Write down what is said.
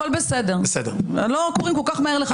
נכון, כי את מפריעה באמצע הסתייגויות.